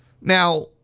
Now